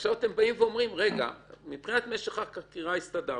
עכשיו אתם אומרים מבחינת משך חקירה הסתדרנו,